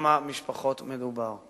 בכמה משפחות מדובר.